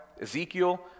Ezekiel